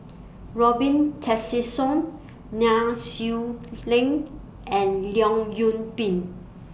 Robin Tessensohn Nai Swee Leng and Leong Yoon Pin